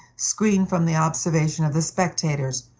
screened from the observation of the spectators,